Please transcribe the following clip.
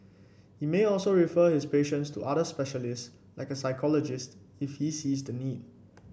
he may also refer his patients to other specialists like a psychologist if he sees the need